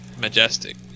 Majestic